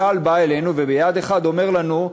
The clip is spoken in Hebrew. צה"ל בא אלינו וביד אחת אומר לנו: